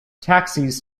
taxis